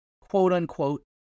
quote-unquote